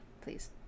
Please